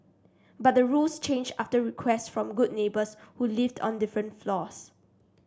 but the rules changed after requests from good neighbours who lived on different floors